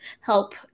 help